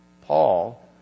Paul